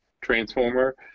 transformer